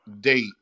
date